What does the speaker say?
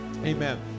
amen